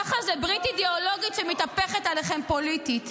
ככה זה, ברית אידיאולוגית שמתהפכת עליכם פוליטית.